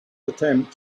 attempt